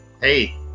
Hey